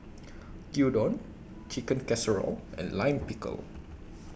Gyudon Chicken Casserole and Lime Pickle